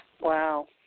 Wow